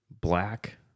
black